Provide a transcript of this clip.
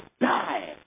die